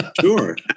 Sure